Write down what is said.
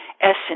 essence